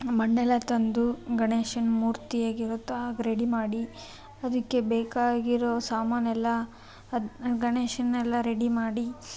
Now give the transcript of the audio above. ಮಣ್ಣೆಲ್ಲ ತಂದು ಗಣೇಶನ ಮೂರ್ತಿ ಹೇಗಿರುತ್ತೋ ಹಾಗೆ ರೆಡಿ ಮಾಡಿ ಅದಕ್ಕೆ ಬೇಕಾಗಿರೋ ಸಾಮಾನೆಲ್ಲ ಗಣೇಶನ್ನೆಲ್ಲ ರೆಡಿ ಮಾಡಿ